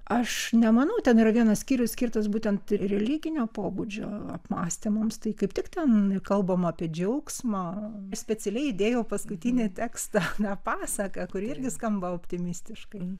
aš nemanau ten yra vienas skyrius skirtas būtent religinio pobūdžio apmąstymams tai kaip tik ten kalbama apie džiaugsmą specialiai įdėjau paskutinį tekstą pasaką kuri irgi skamba optimistiškai